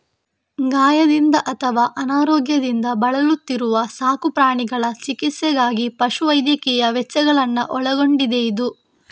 ಗಾಯದಿಂದ ಅಥವಾ ಅನಾರೋಗ್ಯದಿಂದ ಬಳಲುತ್ತಿರುವ ಸಾಕು ಪ್ರಾಣಿಗಳ ಚಿಕಿತ್ಸೆಗಾಗಿ ಪಶು ವೈದ್ಯಕೀಯ ವೆಚ್ಚಗಳನ್ನ ಒಳಗೊಂಡಿದೆಯಿದು